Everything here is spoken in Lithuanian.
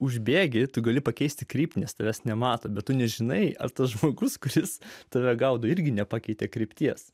užbėgi gali pakeisti kryptį nes tavęs nemato bet tu nežinai ar tas žmogus kuris tave gaudo irgi nepakeitė krypties